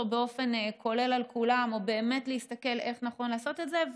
באופן כולל על כולם או באמת להסתכל איך נכון לעשות את זה.